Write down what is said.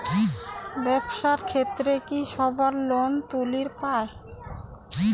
ব্যবসার ক্ষেত্রে কি সবায় লোন তুলির পায়?